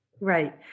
Right